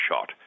shot